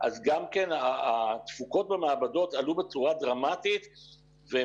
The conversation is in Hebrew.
אז גם כן התפוקות במעבדות עלו בצורה דרמטית והן